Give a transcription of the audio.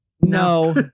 no